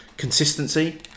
consistency